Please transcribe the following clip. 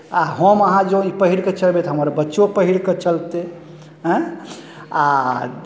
आ हम अहाँ जँऽ ई पहिर कऽ चलबै तऽ हमर बच्चो पहिर कऽ चलतै एँ आर